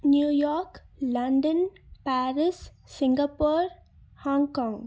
New York London Paris Singapore Hong Kong